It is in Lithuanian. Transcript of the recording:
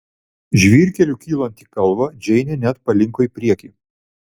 žvyrkeliu kylant į kalvą džeinė net palinko į priekį